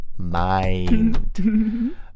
mind